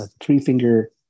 three-finger